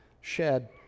shed